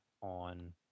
on